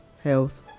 Health